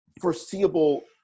foreseeable